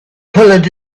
pulled